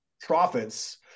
profits